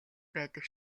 байдаг